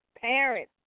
parents